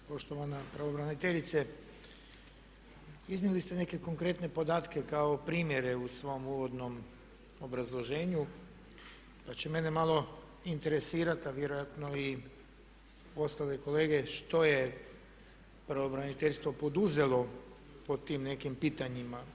Poštovana pravobraniteljice, iznijeli ste neke konkretne podatke kao primjere u svom uvodnom obrazloženju pa će mene malo interesirati a vjerojatno i ostale kolege što je pravobraniteljstvo poduzelo po tim nekim pitanjima.